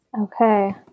Okay